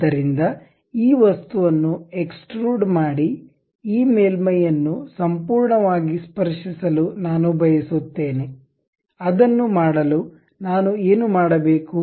ಆದ್ದರಿಂದ ಈ ವಸ್ತುವನ್ನು ಎಕ್ಸ್ಟ್ರುಡ್ ಮಾಡಿ ಈ ಮೇಲ್ಮೈಯನ್ನು ಸಂಪೂರ್ಣವಾಗಿ ಸ್ಪರ್ಶಿಸಲು ನಾನು ಬಯಸುತ್ತೇನೆ ಅದನ್ನು ಮಾಡಲು ನಾನು ಏನು ಮಾಡಬೇಕು